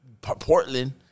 Portland